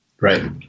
Right